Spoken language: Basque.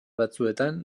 batzuetan